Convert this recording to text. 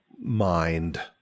mind